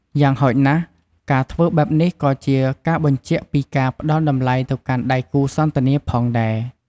យ៉ាងហោចណាស់ ការធ្វើបែបនេះក៏ជាការបញ្ជាក់ពីការផ្ដល់តម្លៃទៅកាន់ដៃគូសន្ទនាផងដែរ។